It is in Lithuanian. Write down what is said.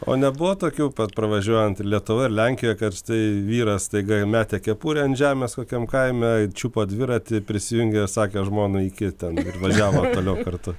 o nebuvo tokių pat pravažiuojant ir lietuvoj ir lenkijoj kad štai vyras staiga metė kepurę ant žemės kokiam kaime čiupo dviratį prisijungė sakė žmonai iki ten ir važiavo toliau kartu